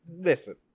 listen